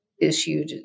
issued